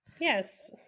Yes